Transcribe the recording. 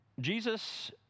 Jesus